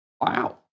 Wow